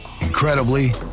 Incredibly